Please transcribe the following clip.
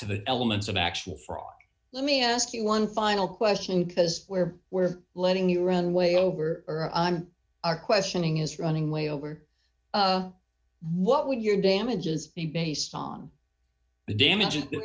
to the elements of actual fraud let me ask you one final question because where we're letting you run way over our questioning is running way over what would your damages be based on the damage